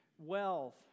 wealth